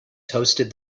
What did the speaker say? toasted